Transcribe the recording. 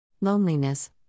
Loneliness